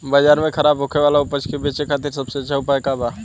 बाजार में खराब होखे वाला उपज के बेचे खातिर सबसे अच्छा उपाय का बा?